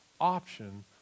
option